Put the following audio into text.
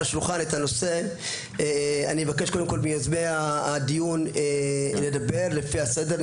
השולחן את הנושא אני אבקש קודם כל מיוזמי הדיון לדבר לפי הסדר,